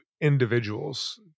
individuals